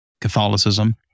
Catholicism